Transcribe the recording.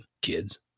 kids